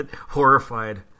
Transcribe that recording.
horrified